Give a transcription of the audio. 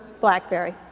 Blackberry